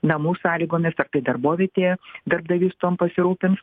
namų sąlygomis ar tai darbovietėje darbdavys tuom pasirūpins